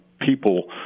people